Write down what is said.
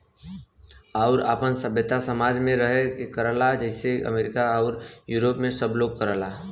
आउर आपन सभ्यता समाज मे रह के करला जइसे अमरीका आउर यूरोप मे सब लोग करला